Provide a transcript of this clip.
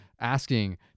asking